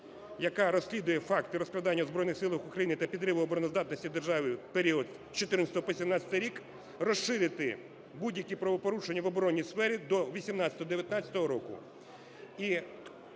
яка розслідує факти розкрадання в Збройних Силах України та підриву обороноздатності держави в період з 2014-го по 2017 рік, розширити будь-які правопорушення в оборонній сфері до 2018-2019 року.